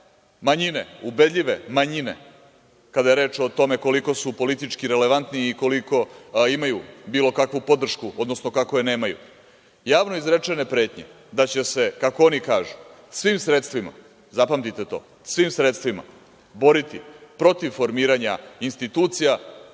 manjine, ubedljive manjine, kada je reč o tome koliko su politički relevantni i koliko imaju bilo kakvu podršku, odnosno kako je nemaju, javno izrečene pretnje da će se, kako oni kažu, svim sredstvima, zapamtite to, svim sredstvima boriti protiv formiranja institucija